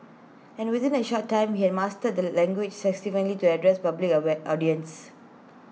and within A short time he had mastered the language sufficiently to address public away audiences